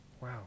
Wow